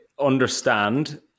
understand